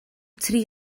tri